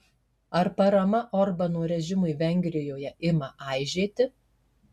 ar parama orbano režimui vengrijoje ima aižėti